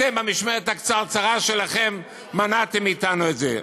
אתם, במשמרת הקצרצרה שלכם, מנעתם מאתנו את זה.